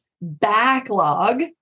backlog